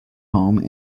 home